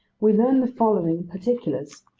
we learn the following particulars.